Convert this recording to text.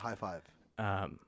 high-five